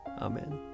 Amen